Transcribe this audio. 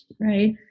right